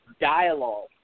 dialogue